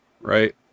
right